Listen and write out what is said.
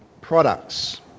products